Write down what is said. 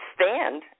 stand